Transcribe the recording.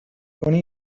کنی